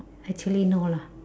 actually no lah